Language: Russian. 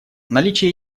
наличие